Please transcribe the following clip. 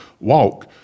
walk